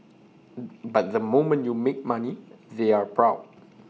but the moment you make money they're proud